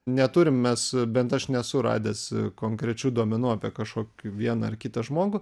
neturim mes bent aš nesu radęs konkrečių duomenų apie kažkokį vieną ar kitą žmogų